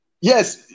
yes